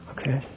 Okay